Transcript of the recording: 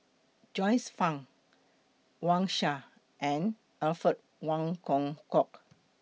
Joyce fan Wang Sha and Alfred Wong Hong Kwok